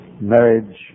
marriage